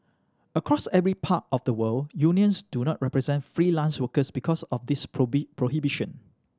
across every part of the world unions do not represent freelance workers because of this prohibition